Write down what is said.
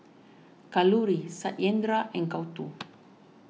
Kalluri Satyendra and Gouthu